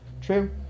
True